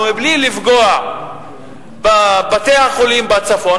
ומבלי לפגוע בבתי-החולים בצפון,